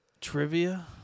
trivia